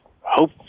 hope